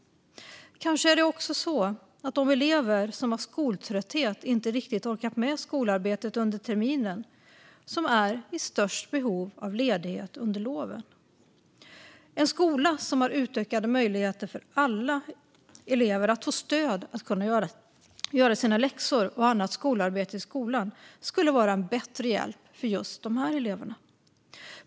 Kanske är det också de elever som av skoltrötthet inte riktigt har orkat med skolarbetet under terminen som är i störst behov av ledighet under loven. En skola som har utökade möjligheter för alla elever att få stöd att kunna göra sina läxor och annat skolarbete i skolan skulle vara en bättre hjälp för just de här eleverna.